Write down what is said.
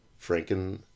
Franken